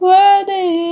Worthy